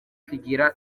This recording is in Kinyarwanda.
kugira